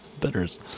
bitters